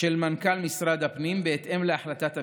של מנכ"ל משרד הפנים בהתאם להחלטת הממשלה,